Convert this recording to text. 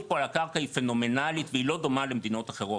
פה על הקרקע היא פנומנלית והיא לא דומה למדינות אחרות.